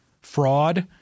fraud